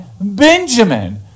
Benjamin